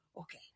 Okay